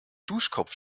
duschkopf